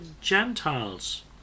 Gentiles